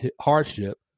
hardship